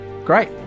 great